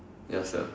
ya sia